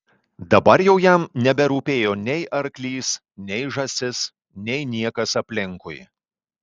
dabar jau jam neberūpėjo nei arklys nei žąsis nei niekas aplinkui